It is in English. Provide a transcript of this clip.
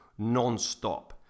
nonstop